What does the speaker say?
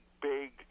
big